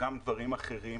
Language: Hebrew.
וגם דברים אחרים,